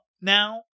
now